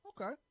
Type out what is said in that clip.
okay